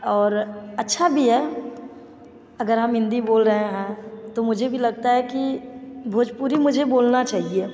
और अच्छा भी है अगर हम हिंदी बोल रहें हैं तो मुझे भी लगता है कि भोजपुरी मुझे बोलना चाहिए